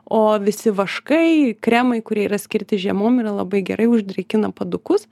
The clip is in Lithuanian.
o visi vaškai kremai kurie yra skirti žiemom yra labai gerai už drėkina padukus